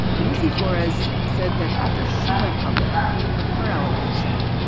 lucy flores said that after she went public with her allegation,